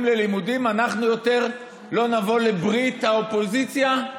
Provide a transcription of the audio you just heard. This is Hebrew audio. לימודים אנחנו יותר לא נבוא לברית האופוזיציה?